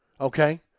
okay